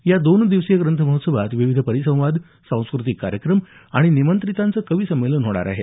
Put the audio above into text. या दोन दिवसीय ग्रंथ महोत्सवात विविध परिसंवाद सांस्कृतिक कार्यक्रम आणि निमंत्रितांचं कवी संमेलन होणार आहे